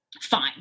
fine